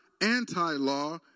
anti-law